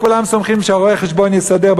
כולם סומכים שהרואה-חשבון יסדר,